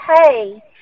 Hey